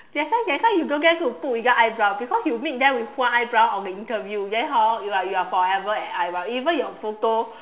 that's why that's why you don't dare to put without eyebrow because you meet them with one eyebrow on the interview then hor you are like forever an eyebrow even your photo